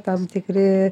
tam tikri